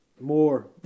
More